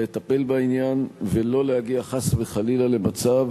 לטפל בעניין, ולא להגיע חס וחלילה למצב